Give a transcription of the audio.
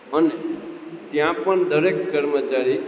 અને ત્યાં પણ દરેક કર્મચારી